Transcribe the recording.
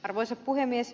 arvoisa puhemies